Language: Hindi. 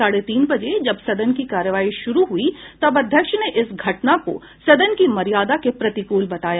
साढ़े तीन बजे जब सदन की कार्यवाही शुरु हुई तब अध्यक्ष ने इस घटना को सदन की मर्यादा के प्रतिकूल बताया